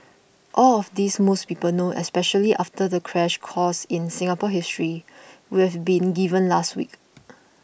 all of this most people know especially after the crash course in Singapore history we've been given last week